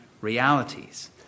realities